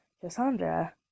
Cassandra